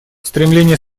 стремление